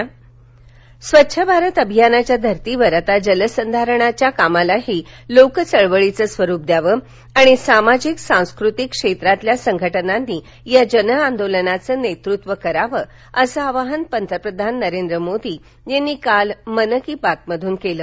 मन की बात स्वच्छ भारत अभियानाच्या धर्तीवर आता जलसंधारणाच्या कामालाही लोकचळवळीचं स्वरूप द्यावं आणि सामाजिक सांस्कृतिक क्षेत्रातल्या संघटनांनी या जन आंदोलनाचं नेतृत्व करावं असं आवाहन पंतप्रधान नरेंद्र मोदी यांनी काल मन की बात मधून केलं